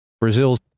Brazil's